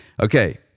Okay